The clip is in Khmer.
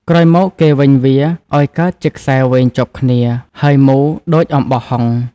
ក្រោយមក គេវេញវា អោយកើតជាខ្សែវែងជាប់គ្នា ហើយមូរដូចអំបោះហុង ។